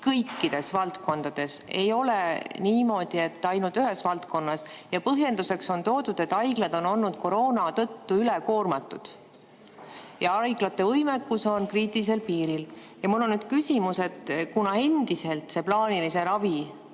kõikides valdkondades, ei ole niimoodi, et ainult ühes valdkonnas. Ja põhjenduseks on toodud, et haiglad on olnud koroona tõttu üle koormatud, haiglate võimekus on kriitilisel piiril. Mul on nüüd küsimus. Kuna endiselt plaaniline ravi